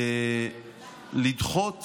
לדחות